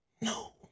No